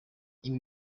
ibi